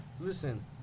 Listen